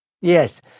Yes